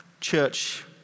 church